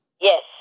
Yes